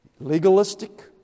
Legalistic